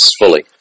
fully